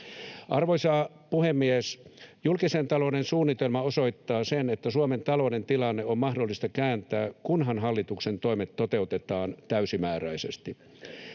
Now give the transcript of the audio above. Arvoisa puhemies! Julkisen talouden suunnitelma osoittaa sen, että Suomen talouden tilanne on mahdollista kääntää, kunhan hallituksen toimet toteutetaan täysimääräisesti.